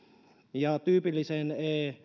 ja tyypillisen